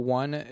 one